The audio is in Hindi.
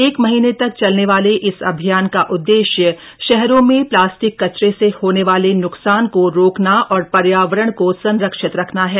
एक महीने तक चलने वाले इस अभियान का उद्देश्य शहरों में प्लास्टिक कचरे से होने वाले न्कसान को रोकना और पर्यावरण को संरक्षित रखना है